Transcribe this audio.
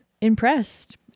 impressed